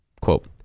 Quote